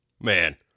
man